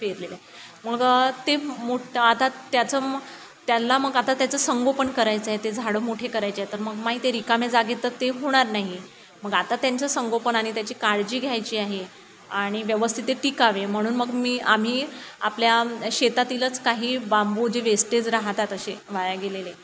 पेरलेलं आहे मग ते मोठ आता त्याचं मग त्याला मग आता त्याचं संगोपन करायचं आहे ते झाडं मोठे करायचे तर मग माहिती आहे रिकाम्या जागेत तर ते होणार नाही मग आता त्यांचं संगोपन आणि त्याची काळजी घ्यायची आहे आणि व्यवस्थित ते टिकावे म्हणून मग मी आम्ही आपल्या शेतातीलच काही बांबू जे वेस्टेज राहतात असे वाया गेलेले